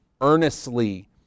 Earnestly